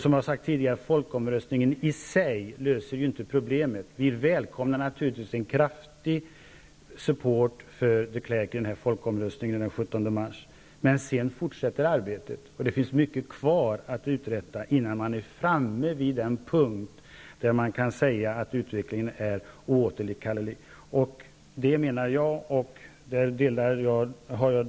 Som jag sade tidigare löser inte folkomröstningen något problem. Vi välkomnar naturligtvis ett kraftigt stöd för de Klerk i folkomröstningen den 17 mars. Men sedan fortsätter arbetet, och det finns mycket kvar att uträtta, innan man är framme vid den punkt då man kan säga att utvecklingen är oåterkallelig. Jag menar att ett fundament för den utvecklingen skulle vara en övergångsregering.